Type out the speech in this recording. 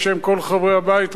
בשם כל חברי הבית,